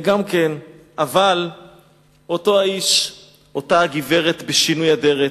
אבל אותו האיש, אותה גברת בשינוי אדרת.